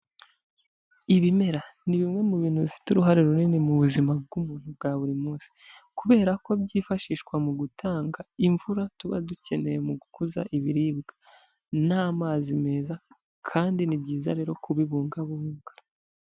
Ibimera ni bimwe mu bintu bifite uruhare runini mu buzima bw'umuntu bwa buri munsi, kubera ko byifashishwa mu gutanga imvura tuba dukeneye mu gukuza ibiribwa n'amazi meza kandi ni byiza rero kubibungabunga.